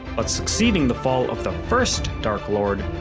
but succeeding the fall of the first dark lord,